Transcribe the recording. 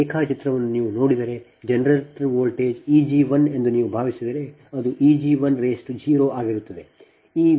ಈ ರೇಖಾಚಿತ್ರವನ್ನು ನೀವು ನೋಡಿದರೆ ಜನರೇಟರ್ ವೋಲ್ಟೇಜ್ E g1 ಎಂದು ನೀವು ಭಾವಿಸಿದರೆ ಅದು Eg10 ಆಗಿರುತ್ತದೆ